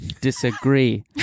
disagree